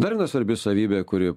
dar viena svarbi savybė kuri